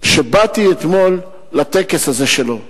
שבאתי אתמול לטקס הזה שלו,